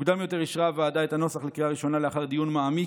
מוקדם יותר היום אישרה הוועדה את הנוסח לקריאה ראשונה לאחר דיון מעמיק,